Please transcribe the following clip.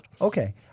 Okay